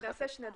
אנחנו שני דברים.